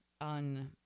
on